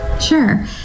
Sure